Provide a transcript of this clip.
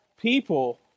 people